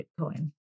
Bitcoin